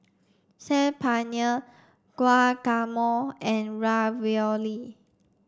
Saag Paneer Guacamole and Ravioli